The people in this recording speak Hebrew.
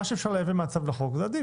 מה שאפשר לייבא מהצו לחוק זה עדיף.